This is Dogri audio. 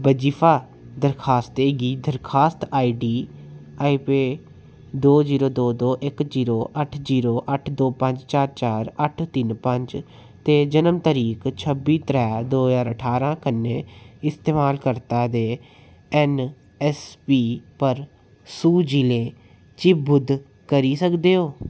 बजीफा दरखास्तें गी दरखास्त आई डी आई पी दो जीरो दो दो इक जीरो अट्ठ जीरो अट्ठ दो पंज चार चार अट्ठ तिन्न पंज ते जनम तरीक छब्बी त्रै दो ज्हार ठारां कन्नै इस्तमालकर्ता दे ऐन्न ऐस्स पी पर सू जि'ले ची बद्ध करी सकदे ओ